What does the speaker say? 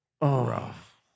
rough